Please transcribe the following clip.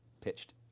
pitched